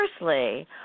firstly